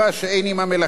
סופה בטלה,